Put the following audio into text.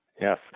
yes